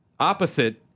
opposite